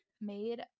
made